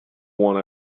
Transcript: one